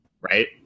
right